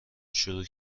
شروع